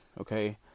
Okay